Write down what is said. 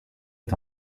est